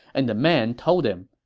and the man told him,